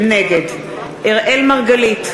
נגד אראל מרגלית,